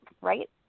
right